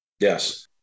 Yes